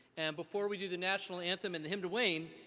and before we do the national anthem and hymn to wayne,